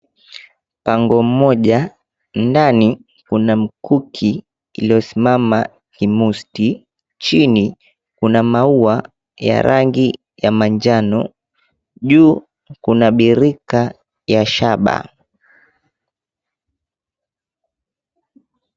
Pango moja ndani kuna mkuki iliosimama kimusti. Chini kuna maua ya rangi ya manjano. Juu kuna birika ya shaba.